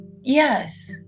Yes